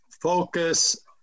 focus